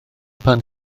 pan